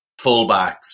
fullbacks